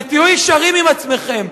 ותהיו ישרים עם עצמכם,